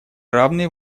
равные